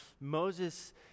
Moses